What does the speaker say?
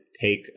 take